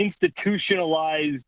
institutionalized